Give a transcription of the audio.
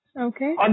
Okay